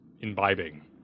imbibing